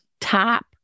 top